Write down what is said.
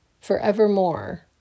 forevermore